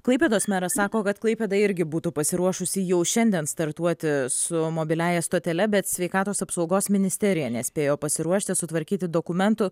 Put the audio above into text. klaipėdos meras sako kad klaipėda irgi būtų pasiruošusi jau šiandien startuoti su mobiliąja stotele bet sveikatos apsaugos ministerija nespėjo pasiruošti sutvarkyti dokumentų